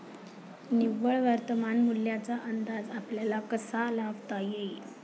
निव्वळ वर्तमान मूल्याचा अंदाज आपल्याला कसा लावता येईल?